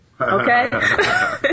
Okay